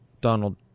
Donald